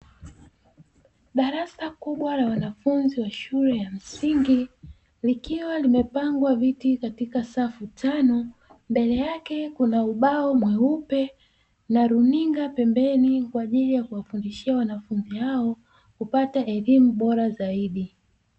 Darasa kubwa la wanafunzi wa shule ya msingi likiwa limepangwa viti katika safu tano mbele yake kuna ubao mweupe na runinga pembeni kwa ajili ya kuwafundishia wanafunzi hao kupata elimu bora zaidi.